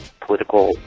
political